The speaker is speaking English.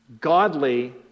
Godly